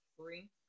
three